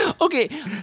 Okay